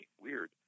weird